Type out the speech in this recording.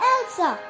Elsa